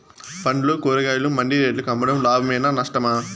పండ్లు కూరగాయలు మండి రేట్లకు అమ్మడం లాభమేనా నష్టమా?